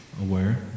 Aware